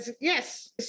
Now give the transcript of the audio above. Yes